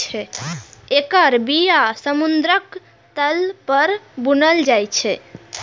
एकर बिया समुद्रक तल पर बुनल जाइ छै